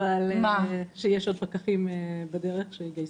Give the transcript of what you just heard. שיש עוד פקחים שיגייסו,